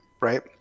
right